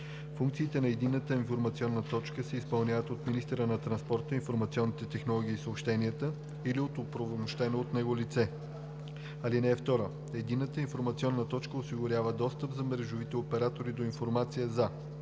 Функциите на Единна информационна точка се изпълняват от министъра на транспорта, информационните технологии и съобщенията или от оправомощени от него лица. (2) Единната информационна точка осигурява достъп на мрежовите оператори до информация за: